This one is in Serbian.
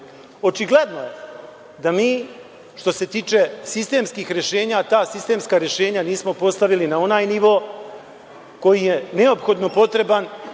REM-a? Očigledno je, da mi, što se tiče sistemskih rešenja, ta sistemska rešenja nismo postavili na onaj nivo koji je neophodno potreban